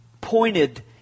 pointed